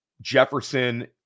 Jefferson